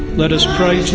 let us pray to